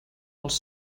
els